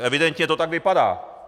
Evidentně to tak vypadá.